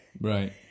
right